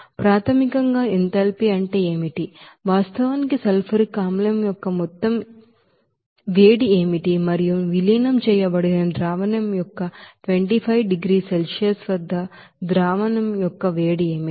కాబట్టి ప్రాథమికంగా ఎంథాల్పీ అంటే ఏమిటి వాస్తవానికి సల్ఫ్యూరిక్ ಆಸಿಡ್ యొక్క మొత్తం ఏమిటి మరియు విలీనం చేయబడిన ಸೊಲ್ಯೂಷನ್ యొక్క 25 డిగ్రీల సెల్సియస్ వద్ద ಸೊಲ್ಯೂಷನ್ యొక్క ಹೀಟ್ ఏమిటి